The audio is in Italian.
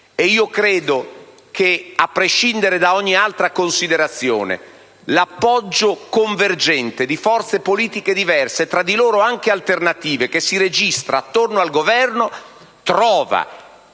ed io credo che, a prescindere da ogni altra considerazione, l'appoggio convergente di forze politiche diverse, tra loro anche alternative, che si registra attorno al Governo, trovi